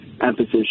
emphasis